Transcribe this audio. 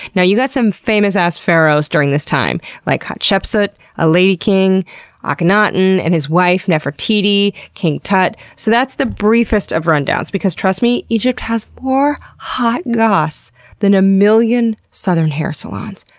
you know you got some famous-ass pharaohs during this time, like hatshepsut, a lady king akhenaten and his wife nefertiti king tut. so that's the briefest of rundowns, because, trust me, egypt has more hot goss than a million southern hair salons.